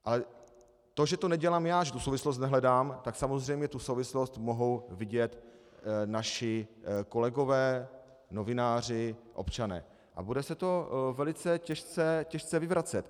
Ale to, že to nedělám já, že tu souvislost nehledám, tak samozřejmě tu souvislost mohou vidět naši kolegové, novináři, občané a bude se to velice těžce vyvracet.